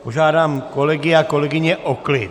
Požádám kolegy a kolegyně o klid.